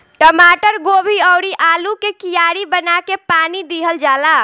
टमाटर, गोभी अउरी आलू के कियारी बना के पानी दिहल जाला